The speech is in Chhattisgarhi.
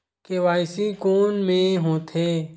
के.वाई.सी कोन में होथे?